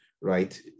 right